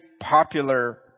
popular